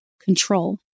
control